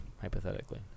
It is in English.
hypothetically